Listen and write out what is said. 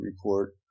report